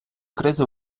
кризи